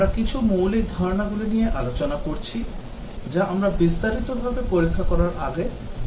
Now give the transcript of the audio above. আমরা কিছু মৌলিক ধারণাগুলি নিয়ে আলোচনা করছি যা আমরা বিস্তারিতভাবে পরীক্ষা করার আগে দেখব